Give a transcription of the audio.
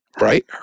right